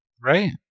Right